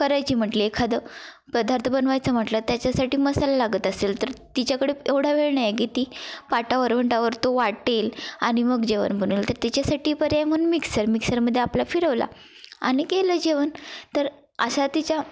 करायची म्हटली एखादं पदार्थ बनवायचं म्हटला त्याच्यासाठी मसाला लागत असेल तर तिच्याकडे एवढा वेळ नाही आहे की ती पाटा वरवंट्यावर तो वाटेल आणि मग जेवण बनवेल तर तिच्यासाठी पर्याय म्हणून मिक्सर मिक्सरमध्ये आपला फिरवला आणि केलं जेवण तर अशा तिच्या